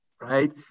right